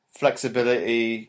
flexibility